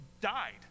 died